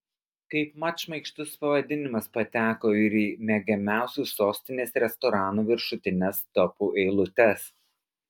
kaip mat šmaikštus pavadinimas pateko ir į mėgiamiausių sostinės restoranų viršutines topų eilutes